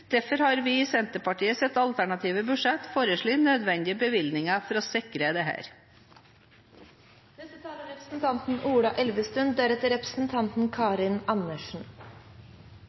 Derfor har vi i Senterpartiets alternative budsjett foreslått nødvendige bevilgninger for å sikre dette. I fjor var det